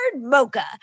mocha